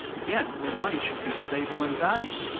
again, the money should be stable in value.